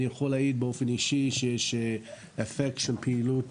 אני יכול להעיד באופן אישי שיש אפקט של פעילות